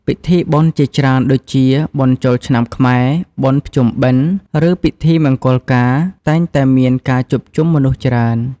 ពិធីបុណ្យជាច្រើនដូចជា បុណ្យចូលឆ្នាំខ្មែរ បុណ្យភ្ជុំបិណ្ឌ ឬពិធីមង្គលការ តែងតែមានការជួបជុំមនុស្សច្រើន។